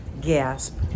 gasp